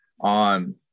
on